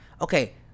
Okay